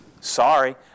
Sorry